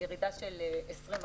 ירידה של 20%,